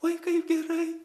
oi kaip gerai